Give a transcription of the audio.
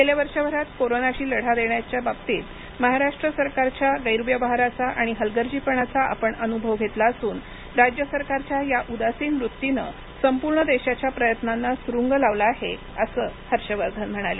गेल्या वर्षभरात कोरोनाशी लढा देण्याच्या बाबतीत महाराष्ट्र सरकारच्या गैरव्यवहाराचा आणि हलगर्जीपणाचा आपण अनुभव घेतला असून राज्य सरकारच्या या उदासिन वृत्तीने संपूर्ण देशाच्या प्रयत्नांना सुरुंग लावला आहे असं हर्ष वर्धन म्हणाले